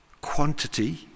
quantity